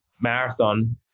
marathon